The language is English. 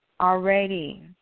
already